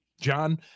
John